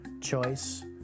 choice